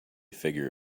figure